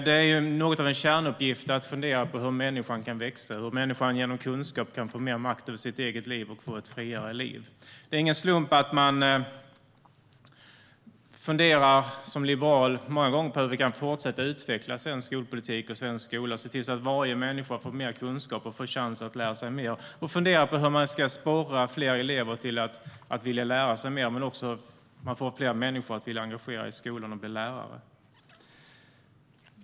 Det är något av en kärnuppgift att fundera på hur människan kan växa, hur människan genom kunskap kan få mer makt över sitt eget liv och få ett friare liv. Det är ingen slump att man som liberal många gånger funderar över hur vi kan fortsätta utveckla svensk skolpolitik och svensk skola, se till att varje människa får mer kunskap och får chans att lära sig mer, och funderar över hur man ska sporra fler elever att vilja lära sig mer men också få fler människor att vilja engagera sig i skolan och bli lärare.